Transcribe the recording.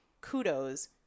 kudos